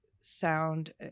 sound